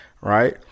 right